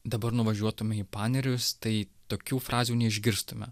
dabar nuvažiuotume į panerius tai tokių frazių neišgirstume